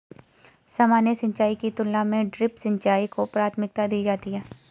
सामान्य सिंचाई की तुलना में ड्रिप सिंचाई को प्राथमिकता दी जाती है